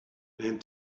aunt